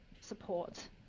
support